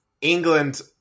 England